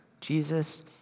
Jesus